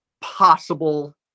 possible